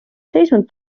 seisund